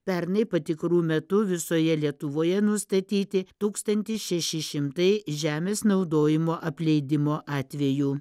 pernai patikrų metu visoje lietuvoje nustatyti tūkstantis šeši šimtai žemės naudojimo apleidimo atvejų